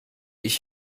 ich